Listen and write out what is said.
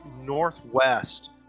northwest